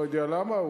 לא יודע למה,